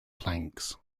planks